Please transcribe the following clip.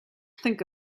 think